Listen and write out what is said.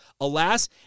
Alas